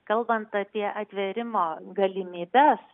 kalbant apie atvėrimo galimybes